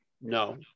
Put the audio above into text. No